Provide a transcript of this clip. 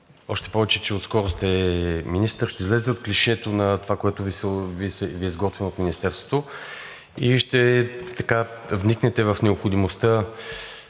още повече, че отскоро сте министър, ще излезете от клишето на това, което Ви е изготвено от Министерството, и ще вникнете в необходимостта